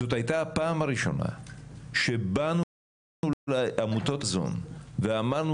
זאת הייתה הפעם הראשונה שבאנו לעמותות המזון ואמרנו